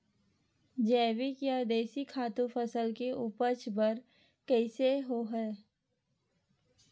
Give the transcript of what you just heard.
जैविक या देशी खातु फसल के उपज बर कइसे होहय?